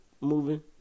moving